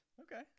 Okay